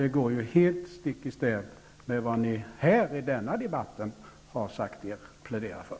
Det går helt stick i stäv med vad ni här i denna debatt har sagt er plädera för.